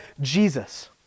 jesus